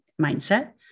mindset